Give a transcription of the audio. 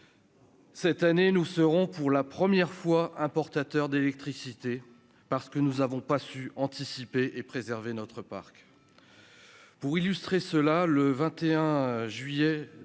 Cette année nous serons pour la première fois, importateur d'électricité parce que nous avons pas su anticiper et préserver notre parc pour illustrer cela, le 21 juillet 2022,